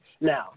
Now